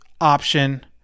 option